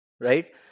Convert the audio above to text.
right